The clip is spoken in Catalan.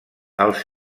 els